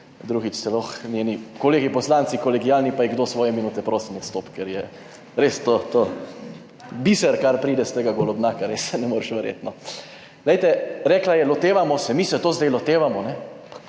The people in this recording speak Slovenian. drugič celo njeni kolegi poslanci kolegialni, pa ji kdo svoje minute prosim, da odstopi, ker je res to biser kar pride iz tega golobnjaka, res, ne moreš verjeti. Glejte, rekla je, lotevamo se. Mi se to zdaj lotevamo, ne